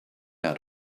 out